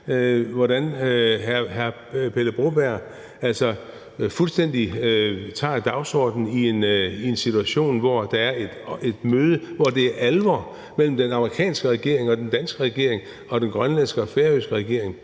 hvor hr. Pele Broberg altså fuldstændig tager dagsordenen i en situation, hvor der er et møde, hvor det er alvor, mellem den amerikanske regering og den danske regering og den grønlandske regering